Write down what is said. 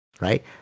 right